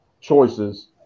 choices